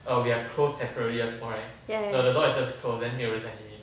ya ya